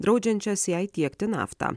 draudžiančias jai tiekti naftą